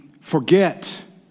forget